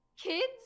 Kids